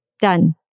Done